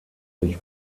sich